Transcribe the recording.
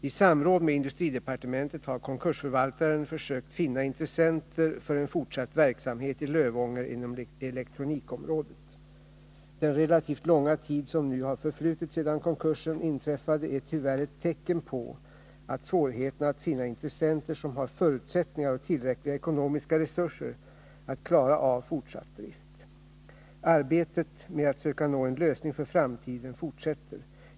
I samråd med industridepartementet har konkursförvaltaren försökt finna intressenter för en fortsatt verksamhet i Lövånger inom elektronikområdet. Den relativt långa tid som nu har förflutit sedan konkursen inträffade är tyvärr ett tecken på svårigheterna att finna intressenter som har förutsättningar och tillräckliga ekonomiska resurser att klara av en fortsatt drift. Arbetet med att söka nå en lösning för framtiden fortsätter.